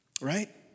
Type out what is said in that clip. right